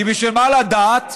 כי בשביל מה לדעת?